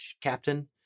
captain